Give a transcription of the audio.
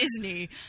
Disney